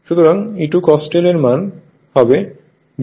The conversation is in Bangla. সুতরাং E₂ cos δ এর মান হবে V2